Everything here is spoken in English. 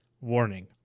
Warning